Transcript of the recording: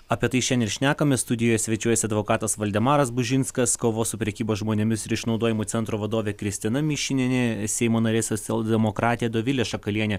apie tai šian ir šnekamės studijoje svečiuojasi advokatas valdemaras bužinskas kovos su prekyba žmonėmis ir išnaudojimu centro vadovė kristina mišinienė seimo narė socialdemokratė dovilė šakalienė